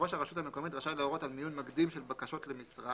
ראש הרשות המקומית רשאי להורות על מיון מקדים של בקשות למשרה